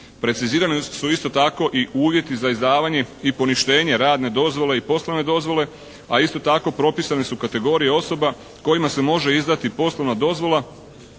Precizirani su isto tako i uvjeti za izdavanje i poništenje radne dozvole i poslovne dozvole, a isto tako propisane su kategorije osoba kojima se može izdati poslovna dozvola